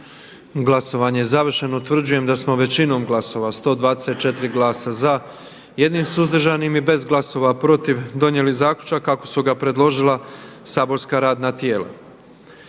Glasovanje je završeno. Utvrđujem da smo većinom glasova 124 glasa za, 1 suzdržanim i bez glasova protiv donijeli zaključak kako su ga predložila saborska radna tijela.